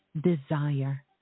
desire